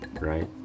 right